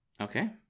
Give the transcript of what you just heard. okay